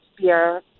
beer